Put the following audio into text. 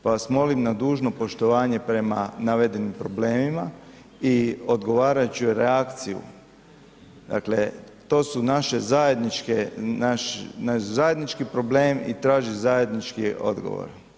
Pa vas molim na dužno poštovanje prema navedenim problemima i odgovarajuću reakciju, dakle to su naše zajedničke, naš zajednički problem i traži zajednički odgovor.